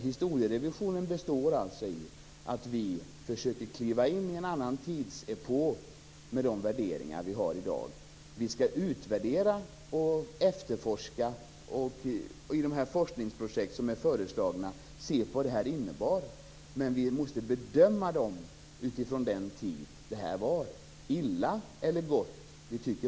Historierevisionen består i att vi försöker kliva in i en annan tidsepok med de värderingar vi har i dag. Vi skall utvärdera och med hjälp av forskningsprojekten se på vad detta innebar. Men vi måste göra bedömningen utifrån den tid som då var.